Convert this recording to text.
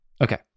Okay